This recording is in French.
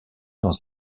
dans